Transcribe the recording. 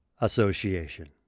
Association